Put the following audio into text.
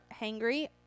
hangry